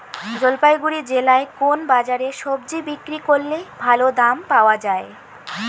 জলপাইগুড়ি জেলায় কোন বাজারে সবজি বিক্রি করলে ভালো দাম পাওয়া যায়?